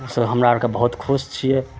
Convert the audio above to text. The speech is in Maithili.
से हमरा अरके बहुत खुश छियै